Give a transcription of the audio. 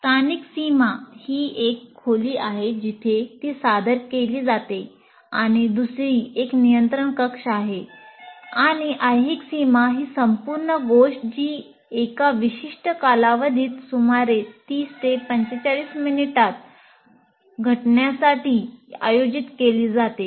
स्थानिक सीमा ही एक खोली आहे जिथे ती सादर केली जाते आणि दुसरी एक नियंत्रण कक्ष आहे आणि ऐहिक सीमा ही संपूर्ण गोष्ट जी एका विशिष्ट कालावधीत सुमारे 30 ते 45 मिनिटांत घडण्यासाठी आयोजित केली जाते